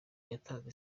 yatanze